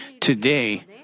Today